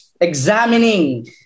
examining